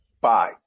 bye